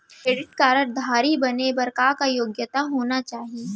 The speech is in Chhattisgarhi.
क्रेडिट कारड धारी बने बर का का योग्यता होना चाही?